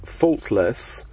faultless